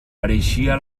pareixia